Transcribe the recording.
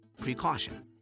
precaution